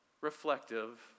reflective